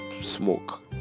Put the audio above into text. smoke